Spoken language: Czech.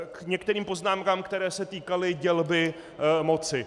K některým poznámkám, který se týkaly dělby moci.